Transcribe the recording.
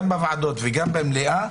גם בוועדות וגם במליאה,